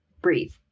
breathe